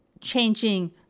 changing